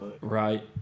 Right